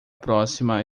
próxima